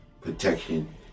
protection